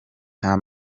nta